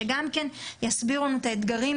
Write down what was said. שגם יסבירו לנו את האתגרים,